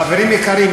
חברים יקרים,